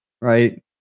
right